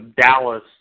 Dallas